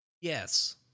Yes